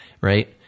Right